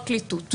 לפרקליטות.